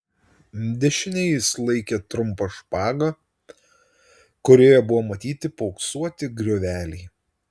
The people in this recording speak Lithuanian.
dešinėje jis laikė trumpą špagą kurioje buvo matyti paauksuoti grioveliai